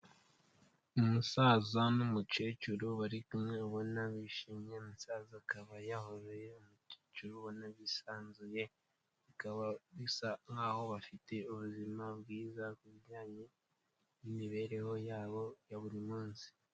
Umusaza n'umukecuru bari kumwe ubona bishimye, umusaza akaba yahobeye umukecuru, ubona bisanzuye, bikaba bisa nkaho bafite ubuzima bwiza ku bijyanye n'imibereho yabo ya buri munsi.